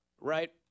Right